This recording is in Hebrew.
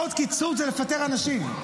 עוד קיצוץ זה לפטר אנשים.